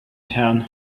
town